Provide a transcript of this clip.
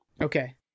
okay